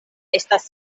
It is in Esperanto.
estas